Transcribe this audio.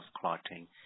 clotting